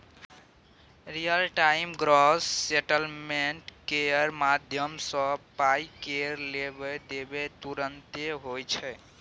real time gross settlement केर माध्यमसँ पाइ केर लेब देब तुरते होइ छै